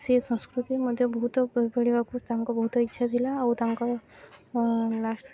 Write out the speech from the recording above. ସେ ସଂସ୍କୃତି ମଧ୍ୟ ବହୁତ ପଢ଼ିବାକୁ ତାଙ୍କୁ ବହୁତ ଇଚ୍ଛା ଥିଲା ଆଉ ତାଙ୍କ ଲାଷ୍ଟ୍